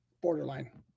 Borderline